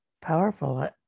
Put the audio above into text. powerful